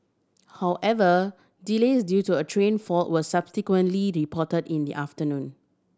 however delays due to a train fault were subsequently reported in the afternoon